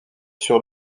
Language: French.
sur